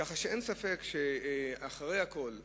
כך שאין ספק שאחרי הכול,